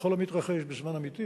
בכל המתרחש בזמן אמיתי